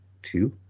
Two